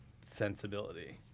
sensibility